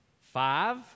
Five